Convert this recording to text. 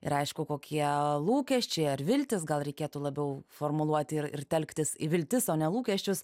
ir aišku kokie lūkesčiai ar viltys gal reikėtų labiau formuluoti ir ir telktis į viltis o ne lūkesčius